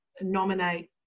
nominate